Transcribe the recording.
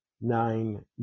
nine